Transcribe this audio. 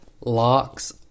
locks